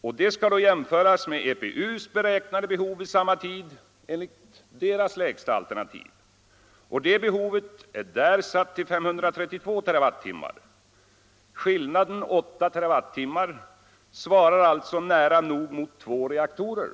som då skall jämföras med EPU:s beräknade behov vid samma tid enligt EPU:s lägsta alternativ. Det behovet är satt till 532 TWh. Skillnaden — 8 TWh -— svarar alltså nästan mot två reaktorer.